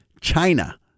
China